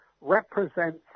represents